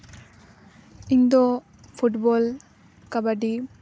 ᱤᱧ ᱫᱚ ᱯᱷᱩᱴᱵᱚᱞ ᱠᱟᱵᱟᱰᱤ